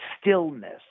stillness